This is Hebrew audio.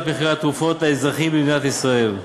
מחירי התרופות לאזרחים במדינת ישראל.